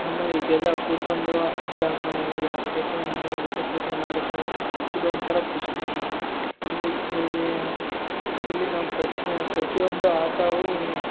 ಆಮೇಲೆ ಇದ್ಯೆಲ್ಲಾ ಕೂತ್ಕೊಂಡು ಅಜ್ಜ ಅಮ್ಮ ಯಾರ ಜೊತೆ ಮನೆಯಾವ್ರ ಜೊತೆ ಕೂತ್ಕೊಂಡು ಆಡಿದಾಗ ಇದು ಒಂಥರ ಖುಷಿ ನಮಗೆ ಇಲ್ಲಿ ಇಲ್ಲಿ ನಾವು ಪ್ರತಿಯೊಂದು ಆಟವೂ